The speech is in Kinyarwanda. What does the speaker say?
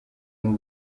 n’u